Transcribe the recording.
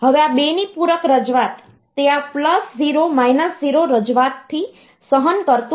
હવે આ 2 ની પૂરક રજૂઆત તે આ પ્લસ 0 માઇનસ 0 રજૂઆતથી સહન કરતુ નથી